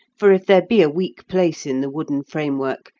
for if there be a weak place in the wooden framework,